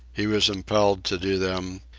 he was impelled to do them,